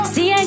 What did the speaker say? See